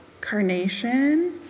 carnation